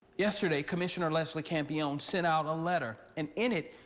yesterday commissioner lesley campy on sent out a letter and in it.